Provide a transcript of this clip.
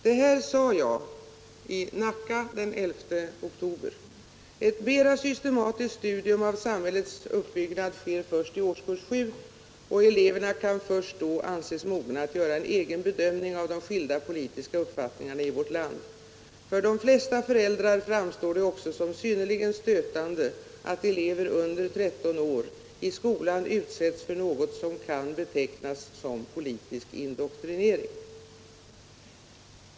Följande sade jag i Nacka den 11 oktober: Ett mera systematiskt studium av samhällets uppbyggnad sker först i årskurs 7, och eleverna kan först då anses mogna att göra en egen bedömning av de skilda politiska uppfattningarna i vårt land. För de flesta föräldrar framstår det också som synnerligen stötande att elever under 13 år i skolan utsätts för någonting som kan betecknas som politisk indoktrinering.